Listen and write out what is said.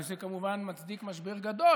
וזה כמובן מצדיק משבר גדול.